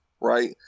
right